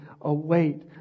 await